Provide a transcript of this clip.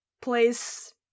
place